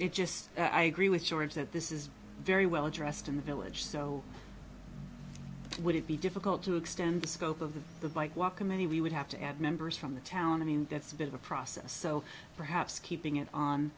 it just i agree with george that this is very well addressed in the village so would it be difficult to extend the scope of the the bike walk in many we would have to add members from the town to me and that's been a process so perhaps keeping it on